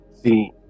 See